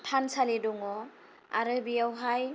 थानसालि दङ आरो बेयावहाय